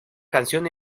canción